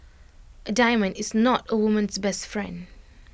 A diamond is not A woman's best friend